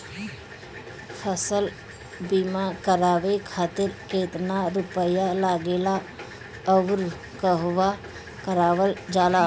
फसल बीमा करावे खातिर केतना रुपया लागेला अउर कहवा करावल जाला?